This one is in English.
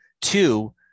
two